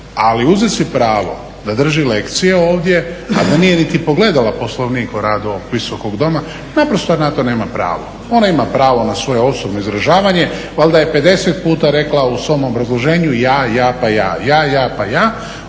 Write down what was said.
ali uzet si pravo da drži lekcije ovdje, a da nije niti pogledala Poslovnik o radu ovog Visokog doma, naprosto na to nema pravo. Ona ima pravo na svoje osobno izražavanje, valjda je 50 puta rekla u svom obrazloženju ja, ja pa ja. Ona to ja,